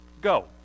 Go